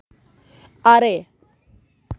ᱟᱨᱮ